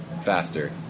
faster